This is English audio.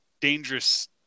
dangerous